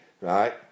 right